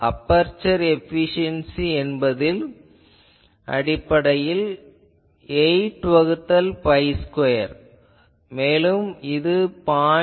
aperture efficiency என்பது அடிப்படையில் 8 வகுத்தல் பை ஸ்கொயர் மேலும் அது 0